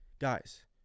Guys